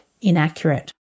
inaccurate